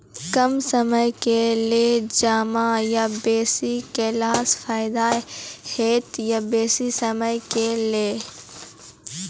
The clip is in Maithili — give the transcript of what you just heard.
कम समय के लेल जमा या निवेश केलासॅ फायदा हेते या बेसी समय के लेल?